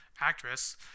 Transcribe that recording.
actress